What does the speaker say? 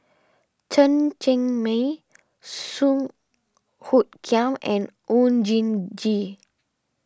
Chen Cheng Mei Song Hoot Kiam and Oon Jin Gee